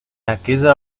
aquella